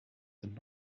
sind